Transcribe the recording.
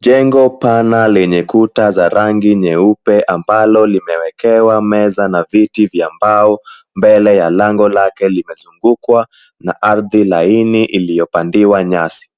Jengo pana lenye kuta za rangi nyeupe ambalo limewekewa meza na viti vya mbao, mbele ya lake limezungukwa na ardhi laini iliyopandiwa nyasi.